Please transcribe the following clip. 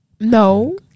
No